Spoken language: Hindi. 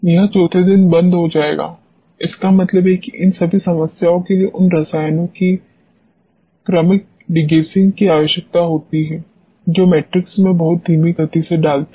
यह चौथे दिन बंद हो जाएगा इसका मतलब है कि इन सभी समस्याओं के लिए उन रसायनों की क्रमिक डिगैसिंग की आवश्यकता होती है जो मैट्रिक्स में बहुत धीमी गति से डालते हैं